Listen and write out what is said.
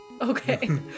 Okay